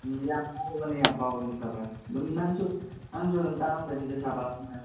ꯎꯝ ꯌꯥꯝ ꯐꯥꯎꯕꯅꯦ ꯌꯥꯝ ꯐꯥꯎꯕꯅꯦ ꯍꯣꯏ ꯑꯗꯨꯝ ꯅꯪꯁꯨ ꯑꯗꯨꯝ ꯇꯥꯔꯝꯒꯅꯤꯗ ꯁꯥꯕꯥꯁ ꯍꯥꯏꯅ